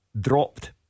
Dropped